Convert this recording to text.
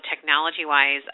technology-wise